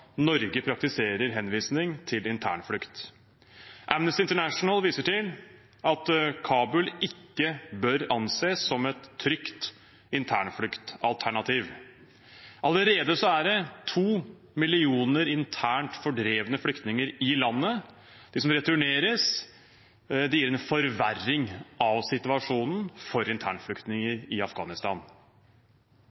Norge praktiserer henvisning til internflukt. Amnesty International viser til at Kabul ikke bør anses som et trygt internfluktalternativ. Allerede er det to millioner internt fordrevne flyktninger i landet. De som returneres, gir en forverring av situasjonen for internflyktninger